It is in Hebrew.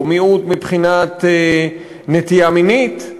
או מיעוט מבחינת נטייה מינית,